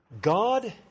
God